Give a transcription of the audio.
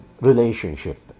relationship